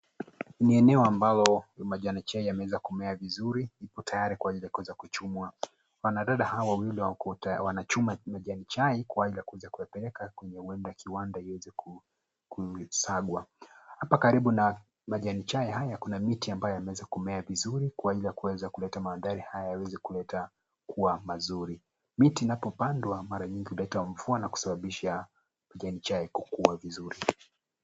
Ni eneo ambalo majani chai yameweza kumea vizuri, yako tayari kwa ajili ya kuweza kuchumwa. Wanadada hawa wawili wako tayari wanachuma majani chai, kwa ajili ya kuweza kuyapeleka kwenye huenda kiwanda, yaweze kusiagwa. Hapa karibu na majani chai haya, kuna miti ambayo imeweza kumea vizuri, kwa ajili ya kuweza kuleta mandhari haya, yaweze kuleta kuwa mazuri. Miti inapopandwa mara nyingi, huleta mvua na kusababisha majani chai kukuwa vizuri.